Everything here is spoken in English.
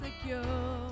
secure